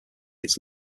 its